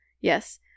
Yes